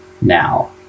now